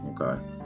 okay